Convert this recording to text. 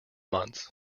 months